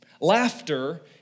Laughter